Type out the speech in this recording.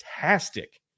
fantastic